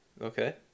Okay